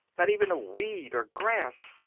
not even a weed, or grass.